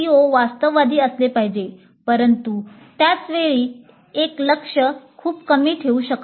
CO वास्तववादी असले पाहिजेत परंतु त्याच वेळी एक लक्ष्य खूपच कमी ठेवू शकत नाही